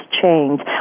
change